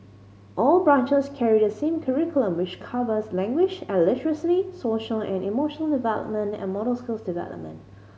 all branches carry the same curriculum which covers language and literacy social and emotional development and motor skills development